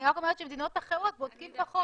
אני רק אומרת שבמדינות אחרות בודקים פחות.